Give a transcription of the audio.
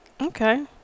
Okay